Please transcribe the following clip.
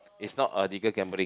it's not a legal gambling